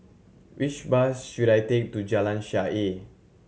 which bus should I take to Jalan Shaer